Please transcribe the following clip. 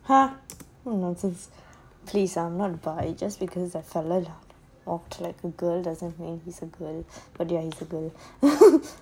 !huh! what nonsense please ah I'm not bi just because I follow or like a girl doesn't mean he's a girl but there is a girl